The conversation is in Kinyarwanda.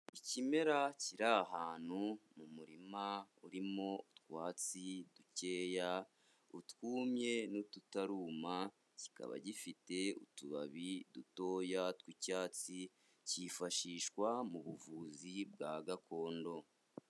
Ikimera kiri ahantu mu murima urimo utwatsi dukeya, utwumye n'ututaruma, kikaba gifite utubabi dutoya tw'icyatsi; cyifashishwa mu buvuzi bwa gakondo.